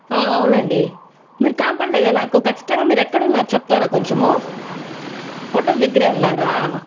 అవునండి మీరు కనబడలేదే నాకు ఖచ్చితంగా మీరు ఎక్కడున్నారో చెప్తారా కొంచెము హోటల్ దగ్గరే ఉన్నారా